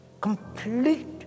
complete